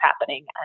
happening